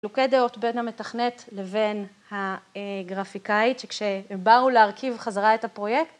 חילוקי דעות בין המתכנת לבין הגרפיקאית שכשבאו להרכיב חזרה את הפרויקט